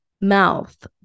mouth